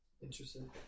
Interesting